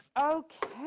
Okay